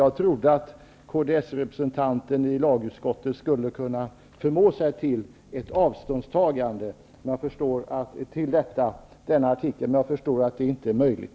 Jag trodde att Kds representant i lagutskottet skulle kunna förmå sig till ett avståndstagande från denna artikel, men jag förstår att det inte är möjligt.